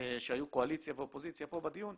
שהיו קואליציה ואופוזיציה פה בדיון,